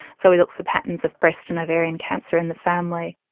so we look for patterns of breast and ovarian cancer in the family.